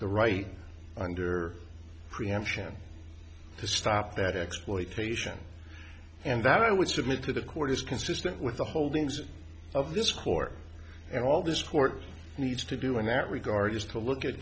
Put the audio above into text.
the right under preemption to stop that exploitation and that i would submit to the court is consistent with the holdings of this court and all this court needs to do in that regard is to look at